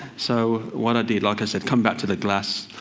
so what i did, like i said, come back to the glass.